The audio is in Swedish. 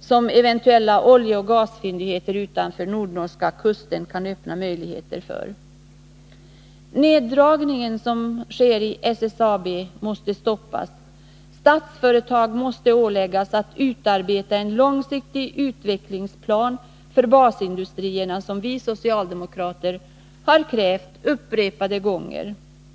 som eventuella oljeoch gasfyndigheter utanför den nordnorska kusten kan öppna möjligheter för. Neddragningen som sker i SSAB måste stoppas. Statsföretag måste åläggas att utarbeta en långsiktig utvecklingsplan för basindustrierna som vi socialdemokrater har krävt upprepade gånger.